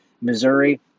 Missouri